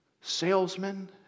salesmen